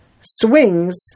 swings